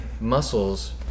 muscles